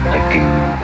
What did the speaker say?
again